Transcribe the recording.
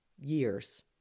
years